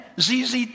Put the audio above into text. ZZ